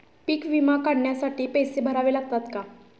पीक विमा काढण्यासाठी पैसे भरावे लागतात का?